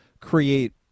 create